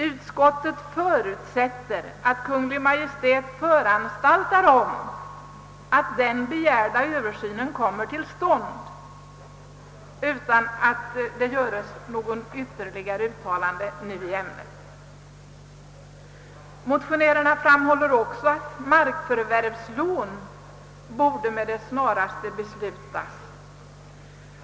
Utskottet förutsätter att Kungl. Maj:t föranstaltar om att den begärda översynen kommer till stånd, utan att det nu görs något ytterligare uttalande i ämnet. Motionärerna framhåller också att markförvärvslån borde beslutas med det snaraste.